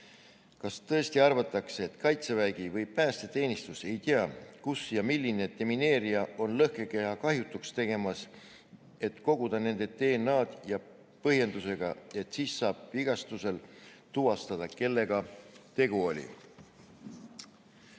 Kas tõesti arvatakse, et kaitsevägi või päästeteenistus ei tea, kus ja milline demineerija on lõhkekeha kahjutuks tegemas, et koguda nende DNA‑d põhjendusega, et siis saab vigastuse korral tuvastada, kellega tegu oli?